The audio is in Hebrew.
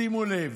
שימו לב.